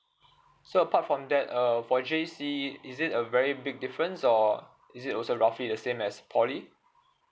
so apart from that err for J_C is it a very big difference or is it also roughly the same as poly